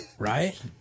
Right